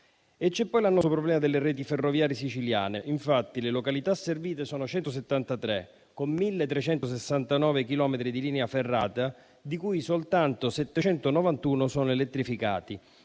C'è poi l'annoso problema delle reti ferroviarie siciliane. Infatti le località servite sono 173, con 1.369 chilometri di linea ferrata, di cui soltanto 791 sono elettrificati,